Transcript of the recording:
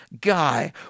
guy